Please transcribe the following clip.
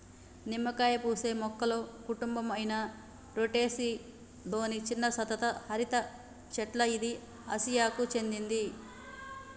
నిమ్మకాయ పూసే మొక్కల కుటుంబం అయిన రుటెసి లొని చిన్న సతత హరిత చెట్ల ఇది ఆసియాకు చెందింది